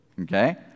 okay